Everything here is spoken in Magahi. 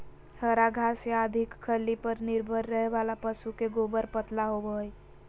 हरा घास या अधिक खल्ली पर निर्भर रहे वाला पशु के गोबर पतला होवो हइ